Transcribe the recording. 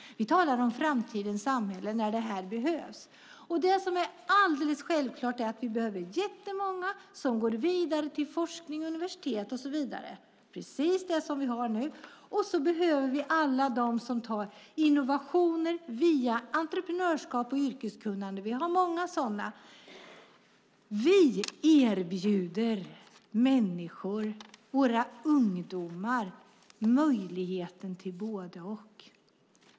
Vi talade om framtidens samhälle där detta behövs. Det som är alldeles självklart är att vi behöver jättemånga som går vidare till forskning, universitet och så vidare, precis det vi har nu. Vi behöver också alla dem som tar innovation via entreprenörskap och yrkeskunnande, och vi har många sådana. Vi erbjuder människor, våra ungdomar, möjligheten till både och.